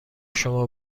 شما